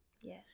Yes